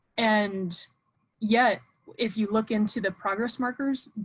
and yet if you look into the progress markers.